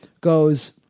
goes